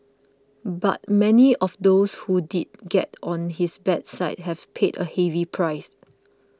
but many of those who did get on his bad side have paid a heavy price